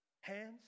Hands